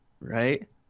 Right